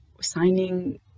signing